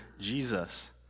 Jesus